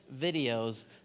videos